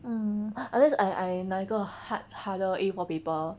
mm after that 是 I I 拿一个 hard harder A four paper